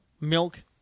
milk